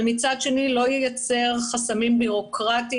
אבל מצד שני לא ייצר חסמים בירוקרטיים